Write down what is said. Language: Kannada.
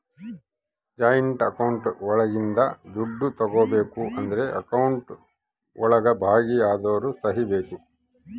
ಜಾಯಿಂಟ್ ಅಕೌಂಟ್ ಒಳಗಿಂದ ದುಡ್ಡು ತಗೋಬೇಕು ಅಂದ್ರು ಅಕೌಂಟ್ ಒಳಗ ಭಾಗಿ ಅದೋರ್ ಸಹಿ ಬೇಕು